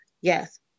yes